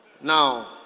Now